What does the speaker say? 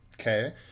okay